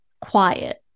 quiet